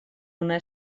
una